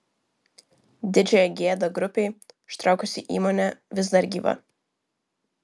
didžiąją gėdą grupei užtraukusi įmonė vis dar gyva